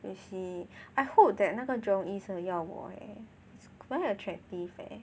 I see I hope that 那个 Jurong East 的要我 eh it's 蛮 attractive eh